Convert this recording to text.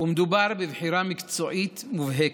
ומדובר בבחירה מקצועית מובהקת.